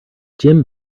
jim